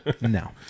No